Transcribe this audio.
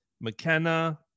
McKenna